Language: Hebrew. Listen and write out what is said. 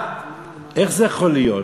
תשאל, איך קוראים לך?